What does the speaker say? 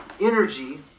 energy